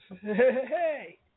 hey